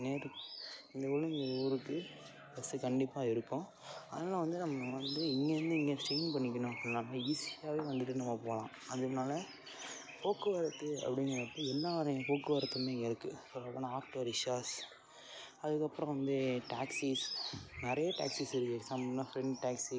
நேர் இந்த ஊர்லேருந்து ஊருக்கு பஸ்ஸு கண்டிப்பாக இருக்கும் அதனால் வந்து நம்ம வந்து இங்கேருந்து இங்கே செயிஞ்ச் பண்ணிக்கணும் எல்லாம் ஈஸியாகவே வந்துட்டு நம்ம போகலாம் அதனால போக்குவரத்து அப்படிங்கிறப்ப எல்லா வகையான போக்குவரத்தும் இங்கே இருக்குது சொல்லப்போனால் ஆட்டோ ரிக்ஷாஸ் இருக்குது அதுக்கப்புறம் வந்து டேக்ஸிஸ் நிறைய டேக்ஸிஸ் இருக்குது சம் என்னா ஃப்ரெண்ட் டேக்ஸி